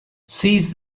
seize